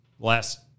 Last